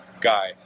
guy